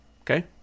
Okay